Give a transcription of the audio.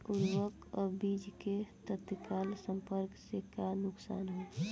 उर्वरक अ बीज के तत्काल संपर्क से का नुकसान होला?